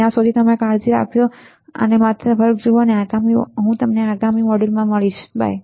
ત્યાં સુધી તમે કાળજી લો અને માત્ર વર્ગ જુઓ હું તમને આગામી મોડ્યુલમાં મળીશ બાય